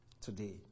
today